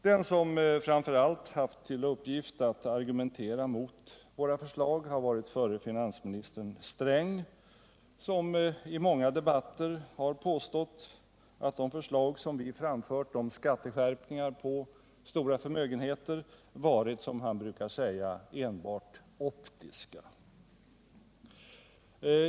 Den som framför allt haft till uppgift att argumentera mot våra förslag har varit förre finansministern Sträng, som i många debatter har påstått att de förslag som vi framfört om skatteskärpningar på stora förmögenheter varit, som han brukar säga, enbart optiska.